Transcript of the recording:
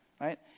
right